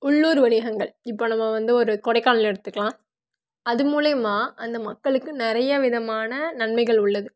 உள்ளூர் வணிகங்கள் இப்போது நம்ம வந்து ஒரு கொடைக்கானல் எடுத்துக்கலாம் அது மூலயமா அந்த மக்களுக்கு நிறைய விதமான நன்மைகள் உள்ளது